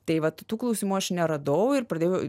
tai vat tų klausimų aš neradau ir pradėjau